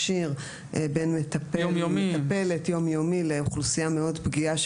ישיר ויום-יומי בין מטפלת לבין אוכלוסייה מאוד פגיעה,